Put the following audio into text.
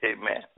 Amen